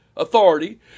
authority